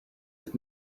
did